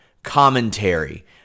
commentary